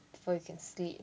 so you can sleep